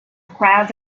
crowd